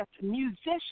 musician